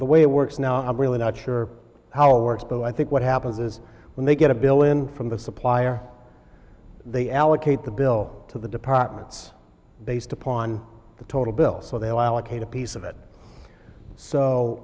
the way it works now i'm really not sure how it works though i think what happens is when they get a bill in from the supplier they allocate the bill to the departments based upon the total bill so they'll allocate a piece of it so